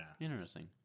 Interesting